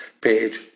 Page